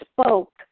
spoke